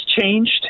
changed